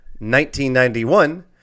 1991